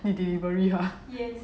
they delivery ah